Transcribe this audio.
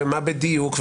מה בדיוק,